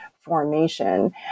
formation